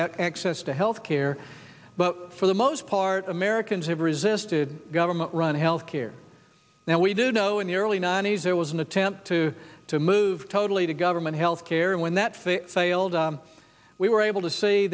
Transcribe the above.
have access to health care but for the most part americans have resisted government run health care now we do know in the early ninety's there was an attempt to to move totally to government health care and when that failed failed we were able to s